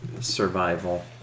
survival